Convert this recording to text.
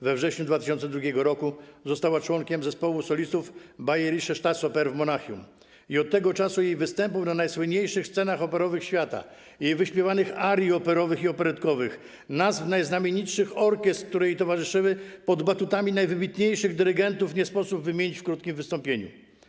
We wrześniu 2002 r. została członkiem zespołu solistów Bayerische Staatsoper w Monachium i od tego czasu jej występów na najsłynniejszych scenach operowych świata, jej wyśpiewanych arii operowych i operetkowych, nazw najznamienitszych orkiestr, które jej towarzyszyły, pod batutami najwybitniejszych dyrygentów, nie sposób wymienić w krótkim wystąpieniu.